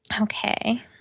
okay